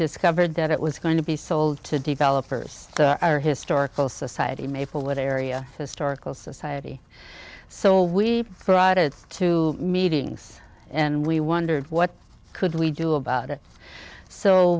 discovered that it was going to be sold to developers or historical society maplewood area historical society so we brought it to meetings and we wondered what could we do about it so